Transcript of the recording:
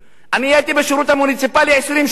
אני הייתי בשירות המוניציפלי 20 שנה.